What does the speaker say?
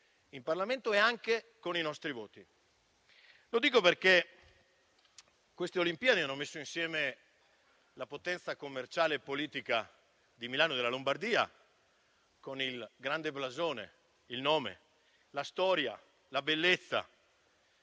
in Parlamento e anche con i nostri voti. Lo dico perché queste Olimpiadi hanno messo insieme la potenza commerciale e politica di Milano e della Lombardia con il grande blasone, il nome, la storia, la bellezza